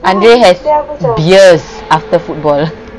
andre has their beers after football